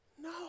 No